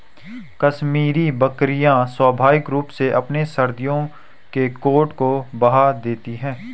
कश्मीरी बकरियां स्वाभाविक रूप से अपने सर्दियों के कोट को बहा देती है